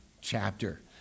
chapter